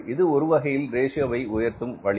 இது ஒருவகையில் ரேஷியோ உயர்த்தும் வழி